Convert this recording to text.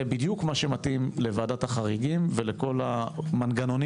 זה בדיוק מה שמתאים לוועדת החריגים ולכל המנגנונים